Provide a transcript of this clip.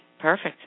perfect